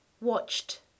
watched